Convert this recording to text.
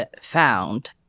found